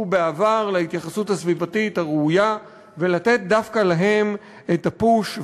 בעבר להתייחסות הסביבתית הראויה ולתת דווקא להם את הפוש,